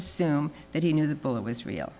assume that he knew the bullet was real